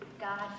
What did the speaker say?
God